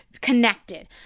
connected